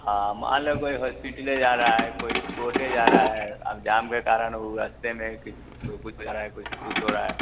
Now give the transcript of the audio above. हाँ मान लो कोई हॉस्पिटल ही जा रहा है कोई कोर्टे जा रहा है अब जाम के कारण वह रस्ते में किसी को कुछ हो रहा है कोई को कुछ हो रहा है